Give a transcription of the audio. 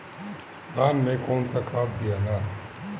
धान मे कौन सा खाद दियाला?